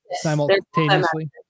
simultaneously